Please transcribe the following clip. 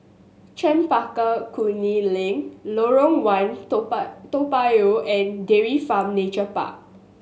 Chempaka Kuning Link Lorong One Toa Toa Payoh and Dairy Farm Nature Park